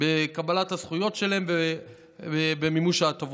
בקבלת הזכויות שלהם ובמימוש ההטבות.